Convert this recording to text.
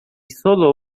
sólo